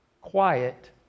quiet